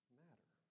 matter